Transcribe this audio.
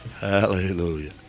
Hallelujah